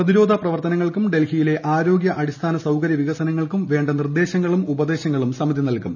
പ്രതിരോധ പ്രവർത്തനങ്ങൾക്കും ഡൽഹിയിലെ ആരോഗൃ അടിസ്ഥാന സൌകരൃ വികസനങ്ങൾക്കും വേണ്ട നിർദ്ദേശങ്ങളും ഉപദേശങ്ങളും സമിതി നൽകും